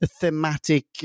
thematic